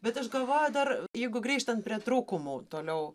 bet aš galvoju dar jeigu grįžtant prie trūkumų toliau